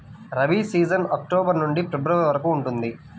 rabi season October నుండి February వరకు ఉంటుంది